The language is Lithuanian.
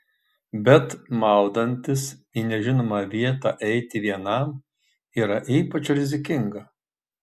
bet maudantis į nežinomą vietą eiti vienam yra ypač rizikinga